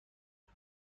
امد